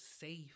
safe